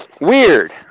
Weird